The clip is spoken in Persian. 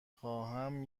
خواهم